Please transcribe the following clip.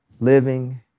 living